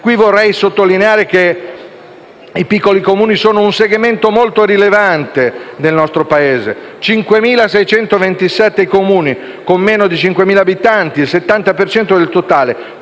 Vorrei sottolineare che i piccoli Comuni sono un segmento molto rilevante del nostro Paese: i Comuni con meno di 5.000 abitanti sono 5.627 (pari